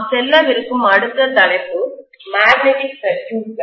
நாம் செல்லவிருக்கும் அடுத்த தலைப்பு மேக்னெட்டிக் சர்க்யூட்கள்